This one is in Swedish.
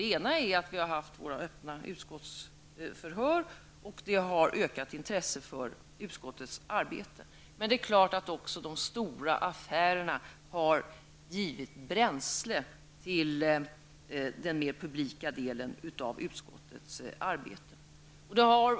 En sak är att vi har haft öppna utskottsförhör, vilket har ökat intresset för utskottets arbete. Men det är klart att även de stora affärerna har givit bränsle till den mer publika delen av utskottets arbete.